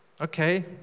Okay